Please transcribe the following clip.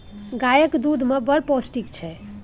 गाएक दुध मे बड़ पौष्टिक छै